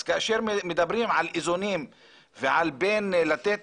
אז כאשר מדברים על איזונים ועל בין לתת